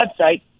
website